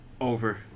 over